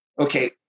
Okay